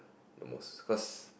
the most cause